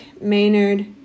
Maynard